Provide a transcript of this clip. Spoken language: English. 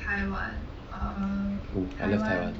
oh I love taiwan